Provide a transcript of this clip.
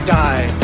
die